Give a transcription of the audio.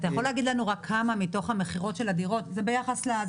אתה יכול להגיד לנו כמה מתוך מכירת הדירות זה ביחס למצגת,